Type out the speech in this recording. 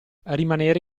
rimanere